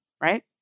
Right